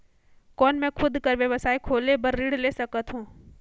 कौन मैं खुद कर व्यवसाय खोले बर ऋण ले सकत हो?